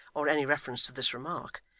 or any reference to this remark,